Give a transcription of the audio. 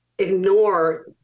ignore